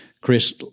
Chris